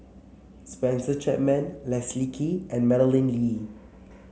Spencer Chapman Leslie Kee and Madeleine Lee